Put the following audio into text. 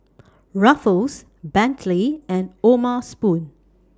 Ruffles Bentley and O'ma Spoon